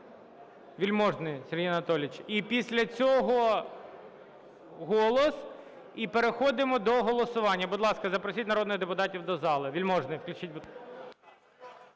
Вельможний Сергій Анатолійович. І після цього - "Голос". І переходимо до голосування. Будь ласка, запросіть народних депутатів до зали. Вельможний. Включіть,